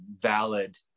valid